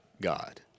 God